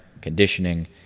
conditioning